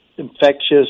infectious